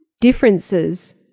differences